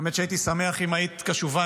האמת היא שהייתי שמח אם היית קשובה